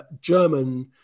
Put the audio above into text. German